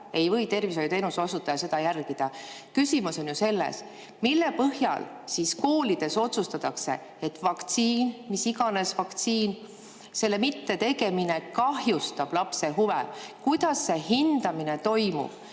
ei või tervishoiuteenuse osutaja seda järgida. Küsimus on ju selles, mille põhjal siis koolides otsustatakse, et mis iganes vaktsiini mitte[süstimine] kahjustab lapse huve. Kuidas see hindamine toimub?